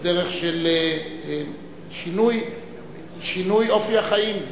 בדרך של שינוי אופי החיים.